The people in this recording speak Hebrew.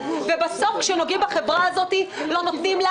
ובסוף כשנוגעים בחברה הזאת לא נותנים לה